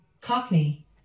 Cockney